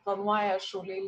planuoja šauliai